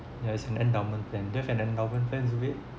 yeah it's an endowment plan do you have an endowment plans with it